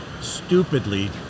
stupidly